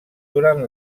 durant